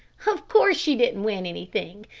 of course she didn't win anything.